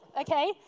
Okay